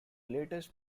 latest